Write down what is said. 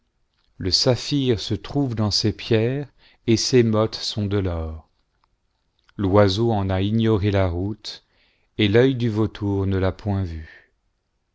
le saphii se trouve dans ses pierres et ses mottes sont de l'or l'oiseau en a ignoré la route et l'œil du vautour ne l'a point vue